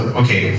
okay